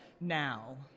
now